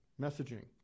messaging